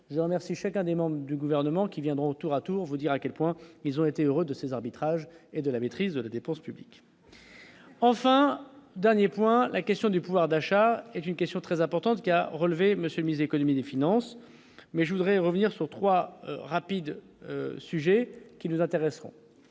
je remercie chacun des membres du gouvernement qui viendront au tour à tour, vous dire à quel point ils ont été heureux de ses arbitrages et de la maîtrise de la dépense publique. Enfin, dernier point, la question du pouvoir d'achat est une question très importante qui a relevé monsieur mise Économie et des Finances, mais je voudrais revenir sur 3 : rapide, sujet qui nous intéresse,